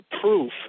proof